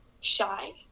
Shy